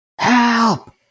Help